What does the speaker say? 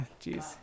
Jeez